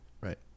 Right